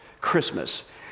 Christmas